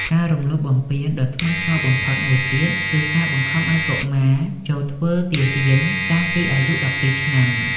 ការរំលោភបំពានដ៏ធ្ងន់ធ្ងរបំផុតមួយទៀត គឺការបង្ខំកុមារឱ្យចូលធ្វើទាហានតាំងពីអាយុ ១២ ឆ្នាំ។